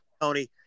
Tony